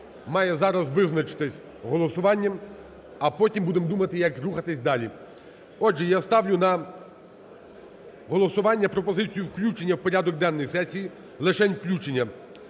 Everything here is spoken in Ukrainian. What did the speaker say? має зараз визначитись голосуванням, а потім будемо думати, як рухатись далі. Отже, я ставлю на голосування пропозицію включення в порядок денний сесії, лишень включення,